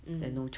um